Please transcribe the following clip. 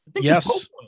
Yes